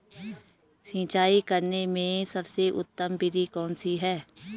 सिंचाई करने में सबसे उत्तम विधि कौन सी है?